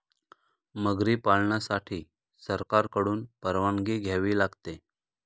मगरी पालनासाठी सरकारकडून परवानगी घ्यावी लागते